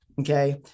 okay